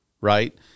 right